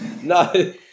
no